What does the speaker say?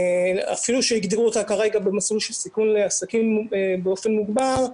אפילו שהגדירו אותה כרגע במסלול של סיכון לעסקים באופן מוגבר,